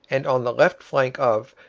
and on the left flank of,